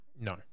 No